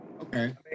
Okay